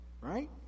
Right